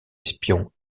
espion